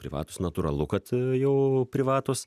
privatūs natūralu kad jau privatūs